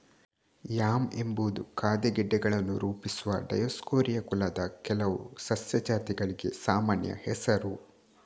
yam ಎಂಬುದು ಖಾದ್ಯ ಗೆಡ್ಡೆಗಳನ್ನು ರೂಪಿಸುವ ಡಯೋಸ್ಕೋರಿಯಾ ಕುಲದ ಕೆಲವು ಸಸ್ಯ ಜಾತಿಗಳಿಗೆ ಸಾಮಾನ್ಯ ಹೆಸರು